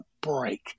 break